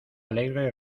alegre